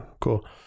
Cool